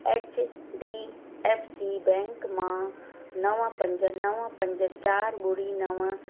H D F C bank मां नवं पंज नवं पंज चार ॿुड़ी नवं